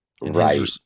Right